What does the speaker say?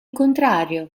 contrario